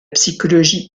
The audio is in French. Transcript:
psychologie